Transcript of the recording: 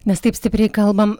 nes taip stipriai kalbam